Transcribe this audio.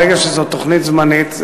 ברגע שזאת תוכנית זמנית,